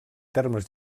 termes